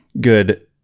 good